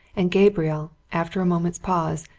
and gabriel, after a moment's pause,